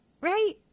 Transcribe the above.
Right